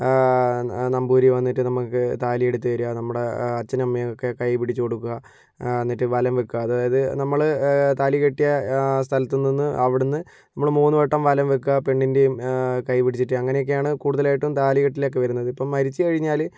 നമ്പൂതിരി വന്നിട്ട് നമ്മൾക്ക് താലി എടുത്ത് തരുക നമ്മുടെ അച്ഛനും അമ്മയുമൊക്കെ കൈ പിടിച്ച് കൊടുക്കുക എന്നിട്ട് വലം വയ്ക്കുക അതായത് നമ്മൾ താലി കെട്ടിയ സ്ഥലത്ത് നിന്ന് അവിടെ നിന്ന് നമ്മൾ മൂന്ന് വട്ടം വലം വയ്ക്കുക പെണ്ണിന്റേയും കൈ പിടിച്ചിട്ട് അങ്ങനെയൊക്കെയാണ് കൂടുതലായിട്ടും താലി കെട്ടിലൊക്കെ വരുന്നത് ഇപ്പോൾ മരിച്ചു കഴിഞ്ഞാൽ